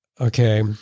Okay